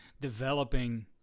developing